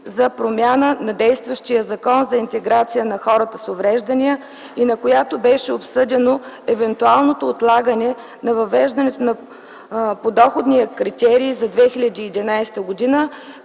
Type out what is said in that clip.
за промяна на действащия Закон за интеграция на хората с увреждания и на която беше обсъдено евентуалното отлагане на въвеждането на подоходния критерий за 2011 г.,